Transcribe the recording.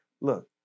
look